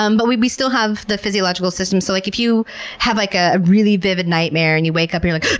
um but we we still have the physiological system, so like if you have like a really vivid nightmare and you wake up and you're like.